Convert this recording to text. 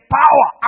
power